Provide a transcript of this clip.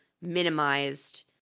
minimized